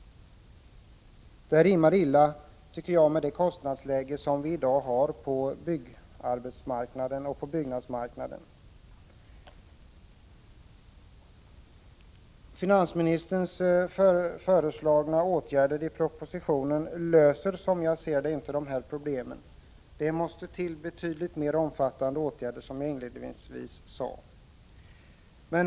Jag tycker att detta rimmar illa med det kostnadsläge som vi i dag har på byggmarknaden. De åtgärder som finansministern föreslår i propositionen löser, enligt min mening, inte de problemen. Som jag inledningsvis sade måste det till betydligt mer omfattande åtgärder.